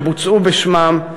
שבוצעו בשמם,